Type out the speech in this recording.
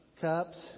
cups